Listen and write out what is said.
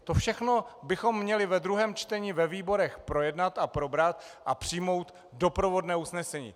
To všechno bychom měli ve druhém čtení ve výborech projednat a probrat a přijmout doprovodné usnesení.